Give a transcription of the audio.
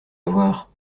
avoir